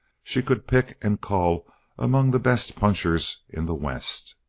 she could pick and cull among the best punchers in the west.